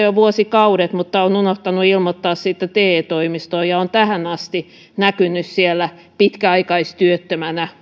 jo vuosikaudet mutta on unohtanut ilmoittaa siitä te toimistoon ja on tähän asti näkynyt siellä pitkäaikaistyöttömänä